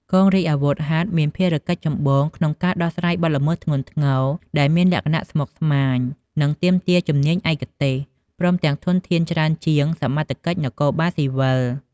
កងរាជអាវុធហត្ថមានភារកិច្ចចម្បងក្នុងការដោះស្រាយបទល្មើសធ្ងន់ធ្ងរដែលមានលក្ខណៈស្មុគស្មាញ និងទាមទារជំនាញឯកទេស ព្រមទាំងធនធានច្រើនជាងសមត្ថកិច្ចនគរបាលស៊ីវិល។